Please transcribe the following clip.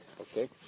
Okay